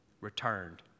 returned